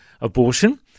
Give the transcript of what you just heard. abortion